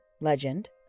legend